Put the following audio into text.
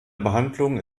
behandlung